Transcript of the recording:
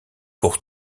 pour